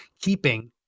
Keeping